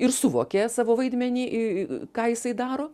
ir suvokė savo vaidmenį i ką jisai daro